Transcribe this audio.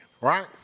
right